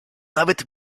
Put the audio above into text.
nawet